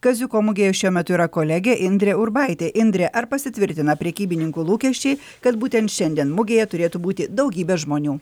kaziuko mugėje šiuo metu yra kolegė indrė urbaitė indre ar pasitvirtina prekybininkų lūkesčiai kad būtent šiandien mugėje turėtų būti daugybė žmonių